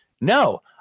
no